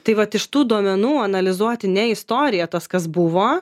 tai vat iš tų duomenų analizuoti ne istoriją tas kas buvo